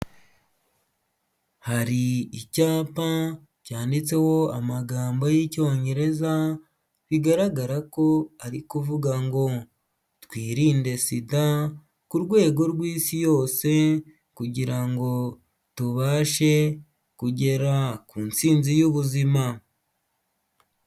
Hari icyapa cyanditseho amagambo y'icyongereza bigaragara ko ari kuvuga ngo twirinde sida ku rwego rw'isi yose kugira ngo tubashe kugera ku ntsinzi y'ubuzima.